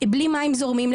בלי מים זורמים,